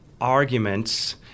arguments